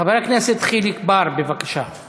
חבר הכנסת חיליק בר, בבקשה.